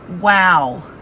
wow